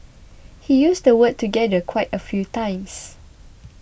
he used the word 'together' quite a few times